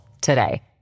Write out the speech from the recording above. today